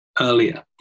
earlier